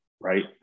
right